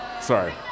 sorry